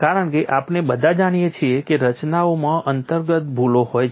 કારણ કે આપણે બધા જાણીએ છીએ કે રચનાઓમાં અંતર્ગત ભૂલો હોય છે